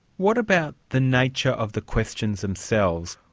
what about the nature of the questions themselves,